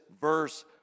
verse